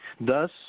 Thus